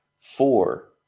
Four